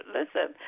listen